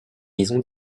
maison